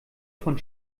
von